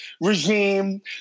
regime